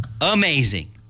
amazing